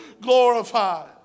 glorified